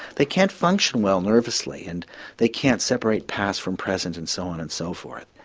they can't function well nervously and they can't separate past from present and so on and so forth.